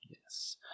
Yes